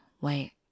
wait